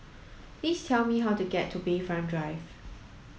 please tell me how to get to Bayfront Drive